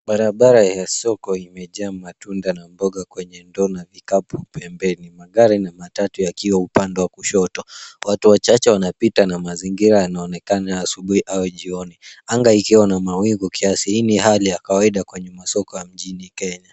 Barabara ya soko imejaa matunda na mboga kwenye ndoo na vikapu pembeni. Magari na matatu yakiwa upande wa kushoto. Watu wachache wanapita na mazingira yanaonekana ya asubuhi au jioni, anga ikiwa na mawingu kiasi. Hii ni hali ya kawaida kwenye masoko ya mjini Kenya.